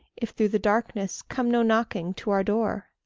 if through the darkness come no knocking to our door?